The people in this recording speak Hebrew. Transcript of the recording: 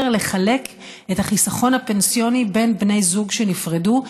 לחלק את החיסכון הפנסיוני בין בני זוג שנפרדו,